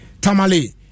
Tamale